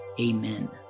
Amen